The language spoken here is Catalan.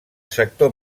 sector